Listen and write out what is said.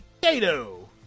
Potato